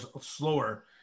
slower